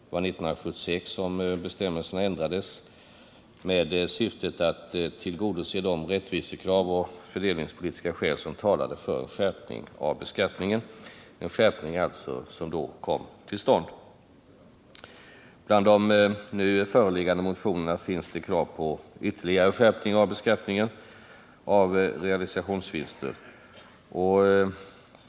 Det var 1976 som bestämmelserna ändrades med syfte att tillgodose de rättvisekrav och fördelningspolitiska krav som talade för en skärpning av beskattningen, en skärpning som då kom till stånd. Bland de nu föreliggande motionerna finns krav på ytterligare skärpning av beskattningen av realisationsvinster.